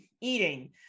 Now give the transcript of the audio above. eating